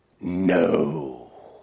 no